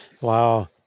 Wow